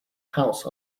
house